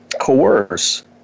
coerce